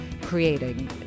creating